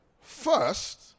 First